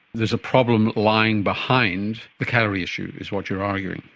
there is a problem lying behind the calorie issue, is what you are arguing.